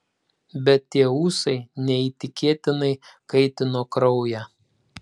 bet tie ūsai neįtikėtinai kaitino kraują